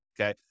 okay